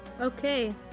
Okay